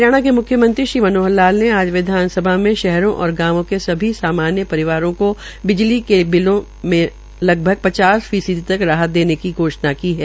हरियाणा के म्ख्यमंत्री मनोहर लाल ने आज विधानसभा में शहरों और गांवो के सभी सामान्य परिवारों को बिजली के बिलों में लगभग पचास फीसदी तक राहत देने की घोषणा की है